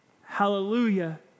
Hallelujah